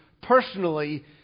personally